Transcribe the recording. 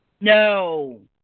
No